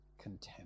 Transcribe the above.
contempt